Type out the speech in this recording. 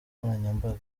nkoranyambaga